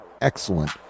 excellent